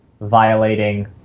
violating